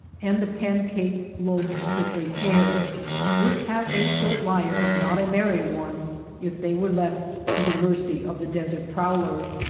and the pan-cake lobed prickly pear would have a short life and not a merry one if they were left to the mercy of the desert prowler.